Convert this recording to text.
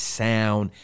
sound